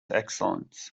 excellence